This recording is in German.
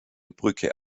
brücke